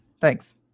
Thanks